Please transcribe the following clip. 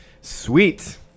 Sweet